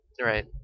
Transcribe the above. Right